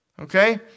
okay